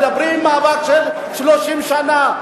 מדברים על מאבק של 30 שנה.